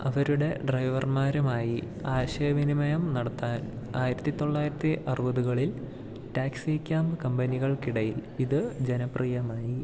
അവരുടെ ഡ്രൈവർമാരുമായി ആശയ വിനിമയം നടത്താൻ ആയിരത്തി തൊള്ളായിരത്തി അറുപതുകളിൽ ടാക്സി ക്യാമ്പ് കമ്പനികൾക്ക് ഇടയിൽ ഇത് ജനപ്രിയമായി